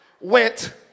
went